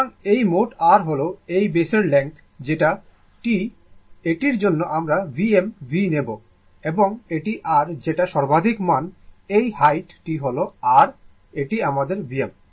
সুতরাং এই মোট r হল এই বেসের লেংথ যেটা T এটির জন্য আমরা Vm V নেব এবং এটি r যেটা সর্বাধিক মান এই হাইট টি হল r এটি আমাদের Vm